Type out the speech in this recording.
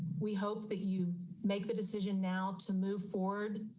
we hope that you make the decision now to move forward.